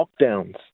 lockdowns